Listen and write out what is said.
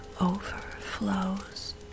overflows